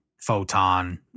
photon